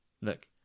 Look